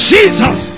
Jesus